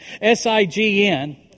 S-I-G-N